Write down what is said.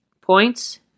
Points